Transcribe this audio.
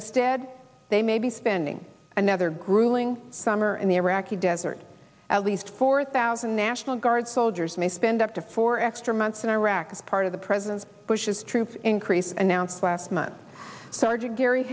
instead they may be spending another grueling summer in the iraqi desert at least four thousand national guard soldiers may spend up to four extra months in iraq as part of the president bush's troop increase announced last month sergeant gary